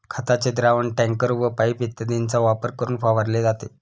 खताचे द्रावण टँकर व पाइप इत्यादींचा वापर करून फवारले जाते